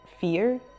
fear